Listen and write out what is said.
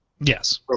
Yes